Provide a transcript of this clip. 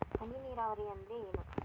ಹನಿ ನೇರಾವರಿ ಅಂದ್ರ ಏನ್?